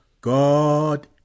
God